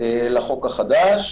לחוק החדש.